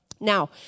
Now